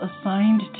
assigned